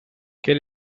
quel